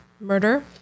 murder